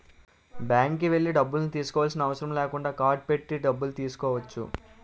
బ్యాంక్కి వెళ్లి డబ్బులను తీసుకోవాల్సిన అవసరం లేకుండా కార్డ్ పెట్టి డబ్బులు తీసుకోవచ్చు